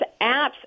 apps